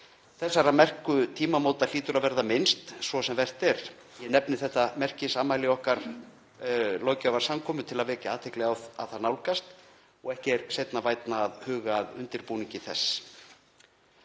Þessara merku tímamóta hlýtur að verða minnst svo sem vert er. Ég nefni þetta merkisafmæli okkar löggjafarsamkomu til að vekja athygli á því að það nálgast og ekki seinna vænna að huga að undirbúningi þess.